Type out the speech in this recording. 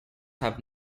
have